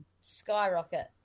skyrocket